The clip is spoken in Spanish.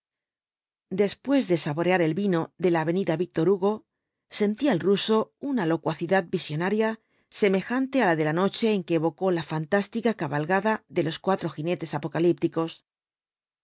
después de saborear el vino de la avenida víctor hugo sentía el ruso una locuacidad visionaria seraelos cuatro jinbtk dhl apocalipsis jante á la de la noche en que evocó la fantástica cabalgada de los cuatro jinetes apocalípticos